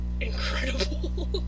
incredible